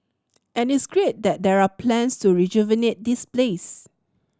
and it's great that there are plans to rejuvenate this place